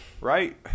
right